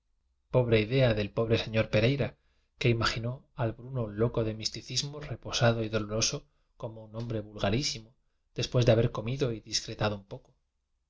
pobre idea del pobre señor pereira que imaginó al bruno loco del misticismo repo sado y doloroso como un hombre vulgarí simo después de haber comido y discre teado un poco